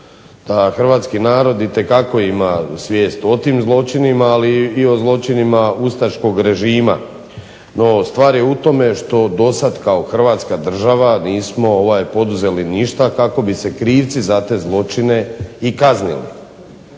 hrvatski narod itekako ima svijest o tim zločinima, ali i o zločinima ustaškog režima no stvar je u tome što dosad kao Hrvatska država nismo poduzeli ništa kako bi se krivci za te zločine i kaznili.